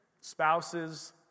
Spouses